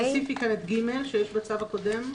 אז תוסיפי כאן את (ג), שיש בצו הקודם.